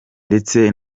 ndetse